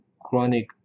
chronic